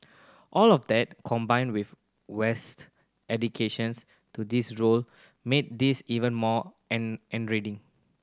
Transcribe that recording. all of that combined with West a dedications to his role made this even more end end reading